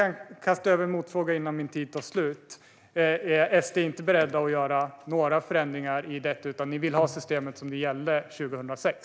Jag kastar över en motfråga. Är SD inte berett att göra några förändringar i detta? Vill ni att systemet ska vara som det var 2006?